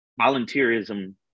volunteerism